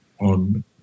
on